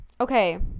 Okay